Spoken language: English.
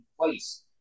place